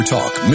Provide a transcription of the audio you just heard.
Talk